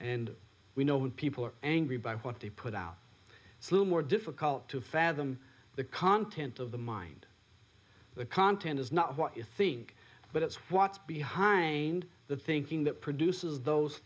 and we know when people are angry by what they put out flew more difficult to fathom the content of the mind the content is not what you think but it's what's behind the thinking that produces those